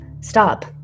stop